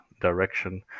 direction